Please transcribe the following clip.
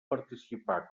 participar